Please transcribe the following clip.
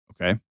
okay